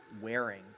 wearing